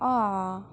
অঁ